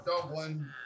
Dublin